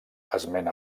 esment